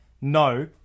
No